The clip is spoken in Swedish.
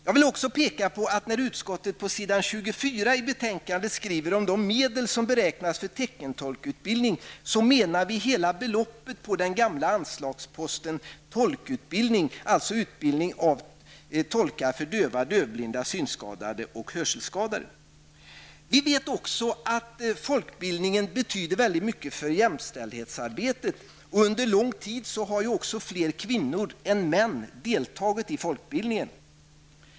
Jag vill också peka på att utskottets skrivning på s. 24 i betänkandet angående de medel som beräknats för teckentolkutbildning avser hela beloppet på den gamla anslagsposten Vi vet också att folkbildningen betyder väldigt mycket i jämställdhetsarbetet. Under lång tid har också fler kvinnor än män deltagit i folkbildning.